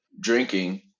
drinking